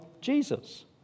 Jesus